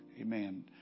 Amen